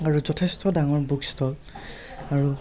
আৰু যথেষ্ট ডাঙৰ বুক ষ্টল আৰু